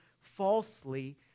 falsely